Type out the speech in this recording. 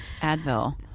Advil